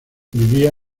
vivía